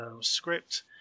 script